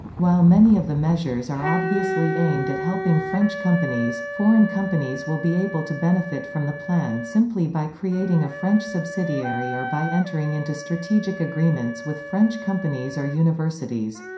while many of the measures are obviously aimed at helping french companies, foreign companies will be able to benefit from the plan simply by creating a french subsidiary or by entering into strategic agreements with french companies or universities.